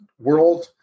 world